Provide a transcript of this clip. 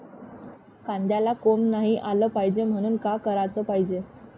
कांद्याला कोंब नाई आलं पायजे म्हनून का कराच पायजे?